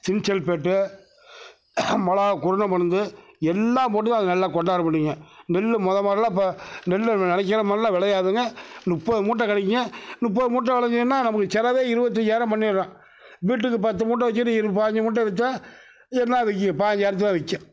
sink sulphate மிளகா குருணை மருந்து எல்லாம் போட்டுதான் அது நெல்லாக கொண்டார முடியுங்க நெல் முத முதல்ல நெல் நெனைக்கிற மாரிலாம் விளையாதுங்க முப்பது மூட்டை கிடைக்குங்க முப்பது மூட்டை வெளைஞ்சிதுனா நமக்கு செலவு இருவத்தையாயிரோம் பண்ணிடுறோம் வீட்டுக்கு பத்து மூட்டை வச்சுட்டு பாஞ்சி மூட்டை விற்றா என்ன விற்கும் பாஞ்சாயிரதுக்குதான் விற்கும்